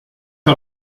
der